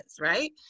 right